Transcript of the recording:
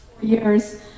years